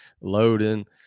loading